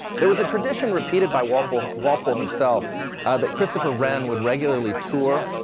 there was a tradition repeated by walpole walpole himself that christopher wren would regularly tour,